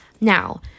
Now